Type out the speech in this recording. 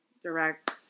direct